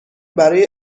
برای